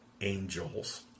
angels